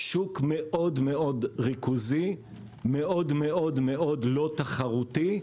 שוק מאוד מאוד ריכוזי, מאוד מאוד מאוד לא תחרותי.